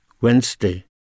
Wednesday